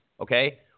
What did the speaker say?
okay